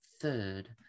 third